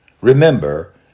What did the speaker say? Remember